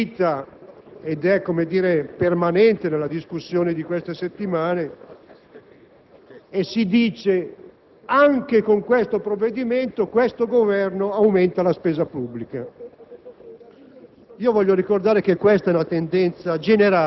una questione che è emersa ed è permanente nella discussione di queste settimane. Si dice che, anche con questo provvedimento, il Governo aumenta la spesa pubblica.